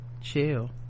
chill